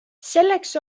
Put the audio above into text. selleks